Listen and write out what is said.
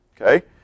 Okay